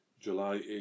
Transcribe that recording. July